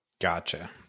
Gotcha